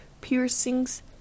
piercings